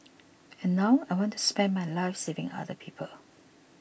and now I want to spend my life saving other people